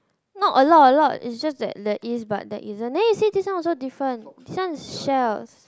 not a lot a lot is just that there is but there isn't see this one also different this one is shells